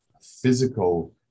physical